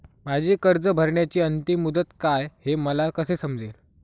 माझी कर्ज भरण्याची अंतिम मुदत काय, हे मला कसे समजेल?